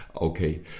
Okay